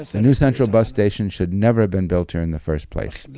the so new central bus station should never have been built here in the first place.